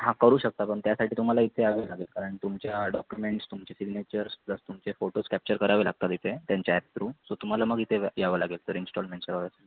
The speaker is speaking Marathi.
हां करू शकता पण त्यासाठी तुम्हाला इथे यावे लागेल कारण तुमच्या डॉक्युमेंट्स तुमचे सिग्नेचर्स प्लस तुमचे फोटोज कॅप्चर करावे लागतात इथे त्यांच्या ॲप थ्रू सो तुम्हाला मग इथे या या या यावं लागेल सर इन्स्टॉलमेंटच्या वेळेस